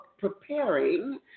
preparing